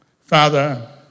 Father